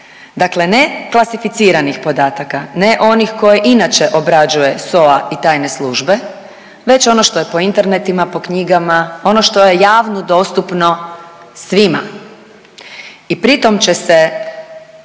Dakle, klasificiranih podataka, ne onih koje inače obrađuje SOA i tajne službe već ono što je po internetima, po knjigama, ono što je javno dostupno svima i pritom će se